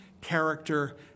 character